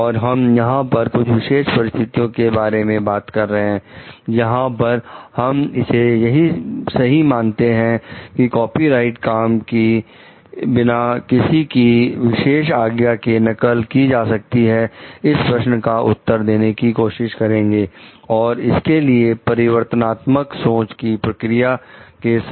और हम यहां पर कुछ विशेष परिस्थितियों के बारे में बात कर रहे हैं जहां पर हम इसे सही मानते हैं की कॉपीराइट काम कि बिना किसी की विशेष आज्ञा के नकल की जा सकती है इस प्रश्न का उत्तर देने की कोशिश करेंगे और इसके लिए परिवर्तन आत्मक सोच की प्रक्रिया के साथ